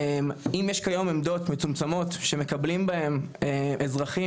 שאם יש כיום עמדות מצומצמות שמקבלים בהן אזרחים